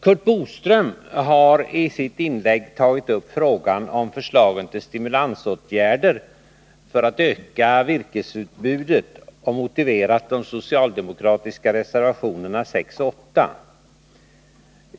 Curt Boström har i sitt inlägg tagit upp förslagen till stimulansåtgärder för att öka virkesutbudet och motiverat de socialdemokratiska reservationerna 6 och 8.